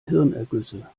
hirnergüsse